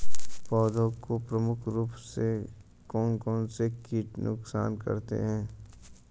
पौधों को प्रमुख रूप से कौन कौन से कीट नुकसान पहुंचाते हैं?